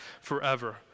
forever